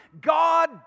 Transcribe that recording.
God